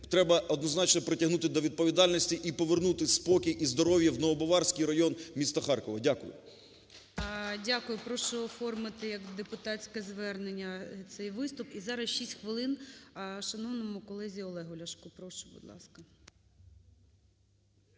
треба однозначно притягнути до відповідальності і повернути спокій і здоров'я в Новобаварський район міста Харкова. Дякую. ГОЛОВУЮЧИЙ. Дякую. Прошу оформити як депутатське звернення цей виступ. І зараз 6 хвилин шановному колезі Олегу Ляшку. Прошу, будь ласка.